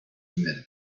committee